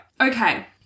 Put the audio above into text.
Okay